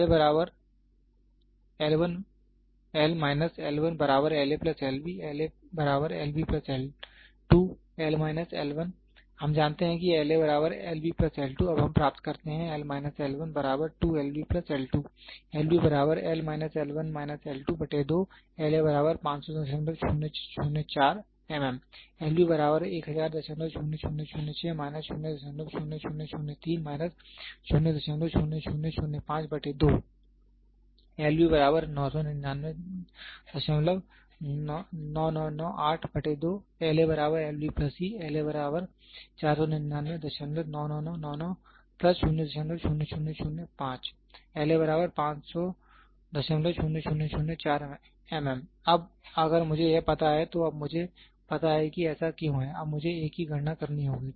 - हम जानते हैं कि अब हम प्राप्त करते हैं - 500004 mm 4999999 00005 5000004 mm अब अगर मुझे यह पता है तो अब मुझे पता है कि ऐसा क्यों है अब मुझे A की गणना करनी होगी